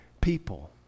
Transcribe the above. people